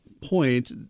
point